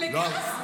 לגז?